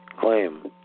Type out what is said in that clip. claim